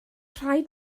rhaid